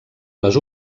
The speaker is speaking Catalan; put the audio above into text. les